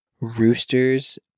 Roosters